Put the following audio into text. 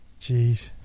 Jeez